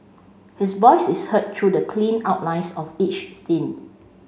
his voice is heard through the clean outlines of each scene